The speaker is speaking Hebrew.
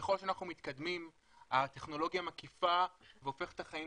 וככל שאנחנו מתקדמים הטכנולוגיה מקיפה והופכת את החיים